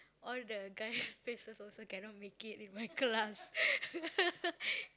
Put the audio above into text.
all the guys' faces also cannot make it in my class